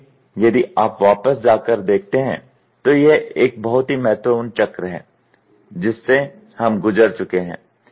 इसलिए यदि आप वापस जा कर देखते हैं तो यह एक बहुत ही महत्वपूर्ण चक्र है जिससे हम गुजर चुके हैं